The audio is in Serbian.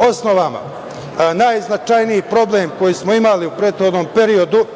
osnovama. Najznačajniji problem koji smo imali u prethodnom periodu